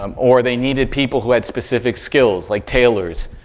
um or, they needed people who had specific skills, like tailors.